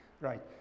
Right